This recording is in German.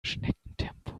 schneckentempo